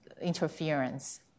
interference